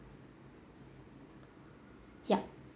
yup